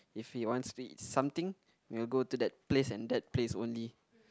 if he wants to eat something we'll go to that place and that place only